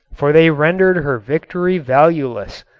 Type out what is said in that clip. for they rendered her victory valueless.